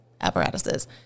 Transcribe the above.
apparatuses